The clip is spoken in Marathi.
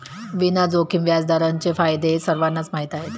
विना जोखीम व्याजदरांचे फायदे सर्वांनाच माहीत आहेत